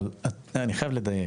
אבל, אני חייב לדייק.